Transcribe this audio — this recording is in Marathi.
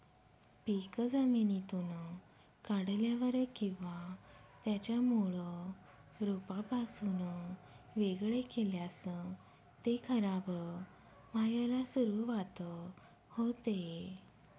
पीक जमिनीतून काढल्यावर किंवा त्याच्या मूळ रोपापासून वेगळे केल्यास ते खराब व्हायला सुरुवात होते